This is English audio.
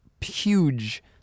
huge